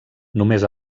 només